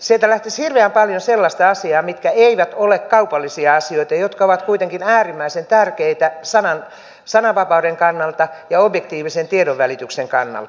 sieltä lähtisi hirveän paljon sellaisia asioita mitkä eivät ole kaupallisia asioita jotka ovat kuitenkin äärimmäisen tärkeitä sananvapauden kannalta ja objektiivisen tiedonvälityksen kannalta